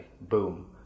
boom